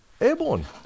Airborne